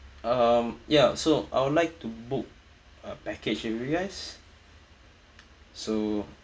um ya so I would like to book a package with you guys so